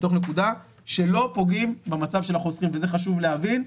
נקודה שלא פוגעים במצב של החוסכים וזה חשוב להבין,